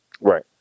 Right